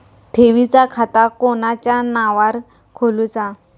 ठेवीचा खाता कोणाच्या नावार खोलूचा?